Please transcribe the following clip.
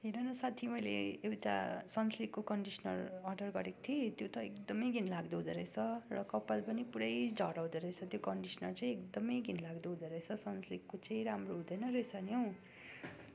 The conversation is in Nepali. हेर न साथी मैले एउटा सनसिल्कको कन्डिस्नर अर्डर गरेको थिएँ त्यो त एकदम घिन लाग्दो हुँदा रहेछ र कपाल पनि पुरै झर्दाे रहेछ त्यो कन्डिस्नर चाहिँ एकदम घिन लाग्दो हुँदो रहेछ सनसिल्कको चाहिँ एकदम राम्रो हुँदैन रहेछ नि हौ